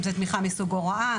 אם זו תמיכה מסוג הוראה,